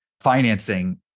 financing